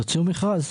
תוציאו מכרז.